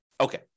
Okay